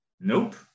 Nope